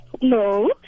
No